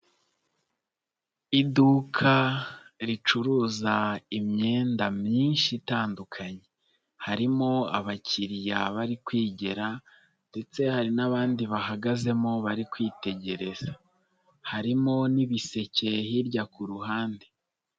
Iduka ricuruza imyenda myinshi itandukanye, harimo abakiriya barikwigera ndetse hari n'abandi bahagazemo bari kwitegereza, harimo n'ibiseke hirya ku ruhande.